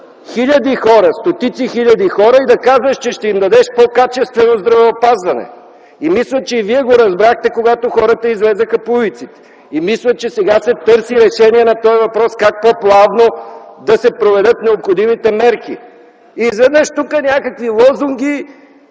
от достъп стотици хиляди хора и да казваш, че ще им дадеш по-качествено здравеопазване. Мисля, че и Вие го разбрахте, когато хората излязоха по улиците. Мисля, че сега се търси решение на този въпрос – как по-плавно да се проведат необходимите мерки. И изведнъж – някакви лозунги: